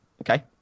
okay